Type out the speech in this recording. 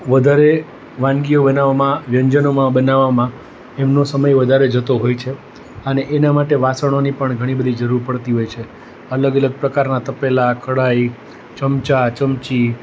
વધારે વાનગીઓ બનાવવામાં વ્યંજનોમાં બનાવવામાં એમનો સમય વધારે જતો હોય છે અને એનાં માટે વાસણોની પણ ઘણી બધી જરૂર પડતી હોય છે અલગ અલગ પ્રકારનાં તપેલાં કઢાઈ ચમચા ચમચી